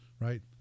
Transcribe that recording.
Right